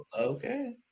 Okay